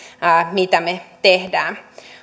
mitä me teemme